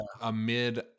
amid